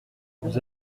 vous